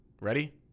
Ready